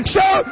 Show